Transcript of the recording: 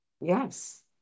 Yes